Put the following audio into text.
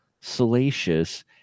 salacious